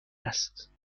است